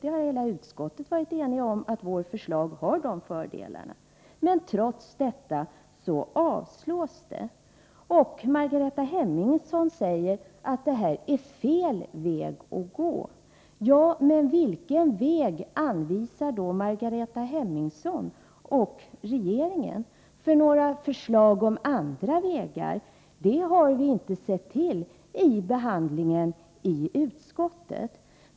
Utskottet har alltså varit enigt om att vårt förslag har sådana fördelar, men trots detta avstyrks det. Margareta Hemmingsson säger att ett bifall till förslaget skulle vara att gå fel väg. Men vilken väg anvisar då Margareta Hemmingsson och regeringen? Några förslag om andra vägar har vi inte sett till under utskottets behandling.